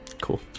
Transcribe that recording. Cool